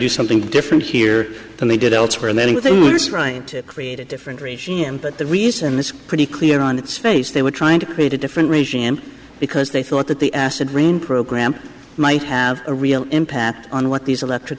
do something different here than they did elsewhere and then with trying to create a different regime but the reason is pretty clear on its face they were trying to create a different regime because they thought that the acid rain program might have a real impact on what these electric